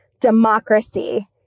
democracy